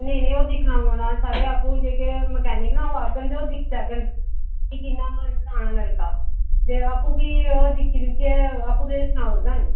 नेईं नेईं ओह् दिक्खना पौना साढ़े आपूं जेह्के मकैनिक न जेहड़े ओह् आङन ओह् दिक्खी लैङन कि कि'यां लाना नलका ते आपूं फ्ही ओह् दिक्खी दुक्खियै आपूं फिर सनाई उड़गन